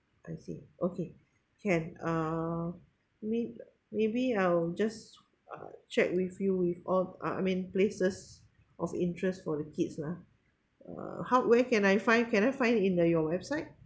I see okay can uh may~ maybe I'll just uh check with you with all uh I mean places of interest for the kids lah uh how where can I find can I find it in the your website